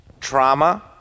trauma